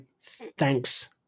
thanks